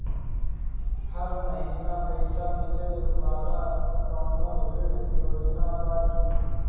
हर महीना पइसा मिले वाला कवनो ऋण योजना बा की?